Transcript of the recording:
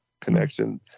connection